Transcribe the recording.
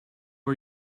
are